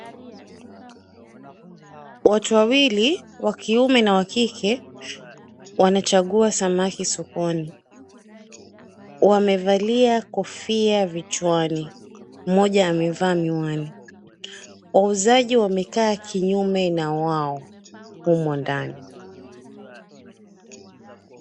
Watu wawili wa kiume na wa kike wanachagua samaki sokoni. Wamevalia kofia vichwani, mmoja amevaa miwani. Wauzaji wamekaa kinyume na wao humo ndani.